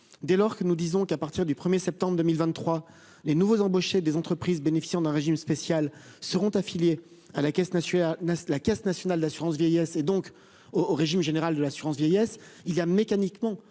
est pourtant évident : à partir du 1 septembre 2023, les nouveaux embauchés des entreprises bénéficiant d'un régime spécial seront affiliés à la Caisse nationale d'assurance vieillesse (Cnav), donc au régime général de l'assurance vieillesse. Cela implique mécaniquement